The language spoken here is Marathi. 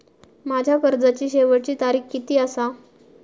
माझ्या कर्जाची शेवटची तारीख किती आसा?